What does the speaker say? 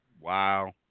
Wow